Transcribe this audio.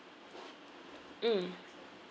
mm